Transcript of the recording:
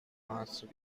master